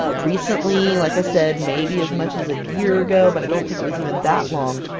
ah recently, like i said, maybe as much as a year ago but i don't think it was even that long,